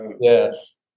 Yes